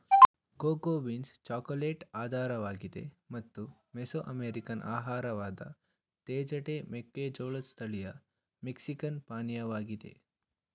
cocoa beans chocolate ಆಧಾರವಾಗಿದೆ ಮತ್ತು Mesoamerican ಆಹಾರವಾದ ತೇಜಟೆ ಮೆಕ್ಕೆಜೋಳದ್ ಸ್ಥಳೀಯ ಮೆಕ್ಸಿಕನ್ ಪಾನೀಯವಾಗಿದೆ